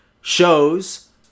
shows